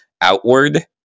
outward